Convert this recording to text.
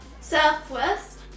Southwest